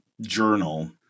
journal